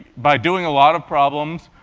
by doing a lot of problems,